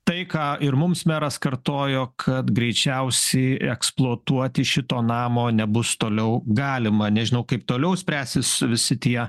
tai ką ir mums meras kartojo kad greičiausiai eksploatuoti šito namo nebus toliau galima nežinau kaip toliau spręsis visi tie